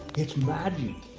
it's magic.